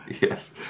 Yes